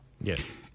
Yes